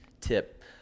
tip